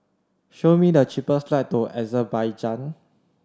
show me the cheapest flight to Azerbaijan